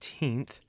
18th